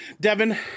Devin